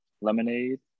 Lemonade